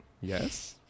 yes